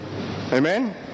Amen